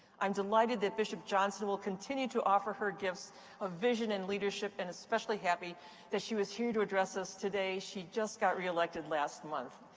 i am delighted that bishop johnson will continue to offer her gifts of vision and leadership, and especially happy that she is here to address us today. she just got reelected last month.